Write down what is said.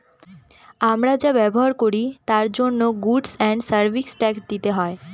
আমরা যা ব্যবহার করি তার জন্য গুডস এন্ড সার্ভিস ট্যাক্স দিতে হয়